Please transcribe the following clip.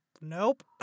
Nope